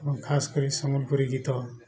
ଏବଂ ଖାସ୍ କରି ସମ୍ବଲପୁରୀ ଗୀତ